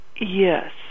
Yes